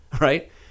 Right